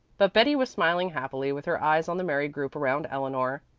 but betty was smiling happily with her eyes on the merry group around eleanor.